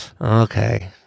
Okay